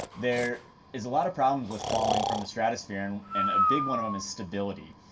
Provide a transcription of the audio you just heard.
there is a lot of problems with falling from the stratosphere and and a big one of them is stability.